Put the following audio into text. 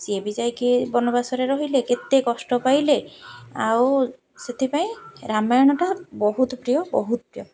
ସିଏ ବି ଯାଇକି ବନବାସରେ ରହିଲେ କେତେ କଷ୍ଟ ପାଇଲେ ଆଉ ସେଥିପାଇଁ ରାମାୟଣଟା ବହୁତ ପ୍ରିୟ ବହୁତ ପ୍ରିୟ